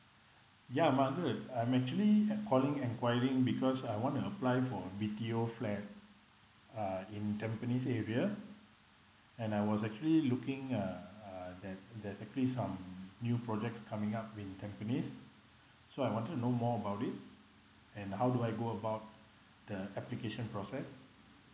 ya I wanted to I'm actually ha~ calling enquiring because I wanna apply for a B_T_O flat uh in tampines area and I was actually looking uh uh that that actually some new projects coming up with tampines so I wanted to know more about it and how do I go about the application process